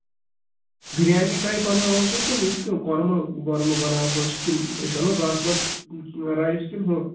biryani type بَناوہوسا کِنہٕ یِتھ کَنۍ کۄرمہٕ وۄرمہٕ بَناوہوس کِنہٕ أسۍ اَنو باسمَت رایِس کِنہٕ ہُہ